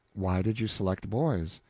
why did you select boys?